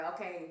okay